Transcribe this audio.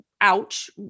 Ouch